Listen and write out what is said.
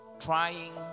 trying